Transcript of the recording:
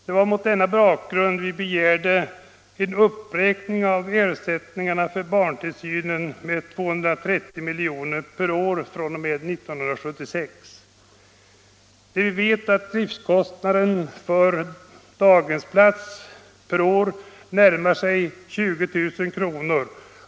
Det var mot den bakgrunden vi begärde en uppräkning av ersättningen för barntillsynen med 230 milj.kr. per år fr.o.m. 1976. När vi vet att driftkostnaden per daghemsplats och år närmar sig 20 000 kr.